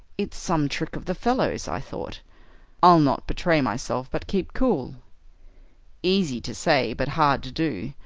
it's some trick of the fellows i thought i'll not betray myself, but keep cool easy to say but hard to do,